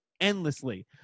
endlessly